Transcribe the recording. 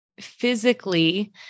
physically